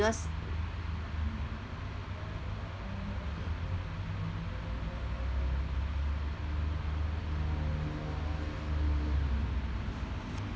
because